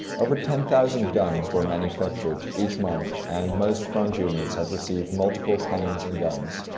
over ten-thousand guns were manufactured each month and most front units had received multiple cannons and guns.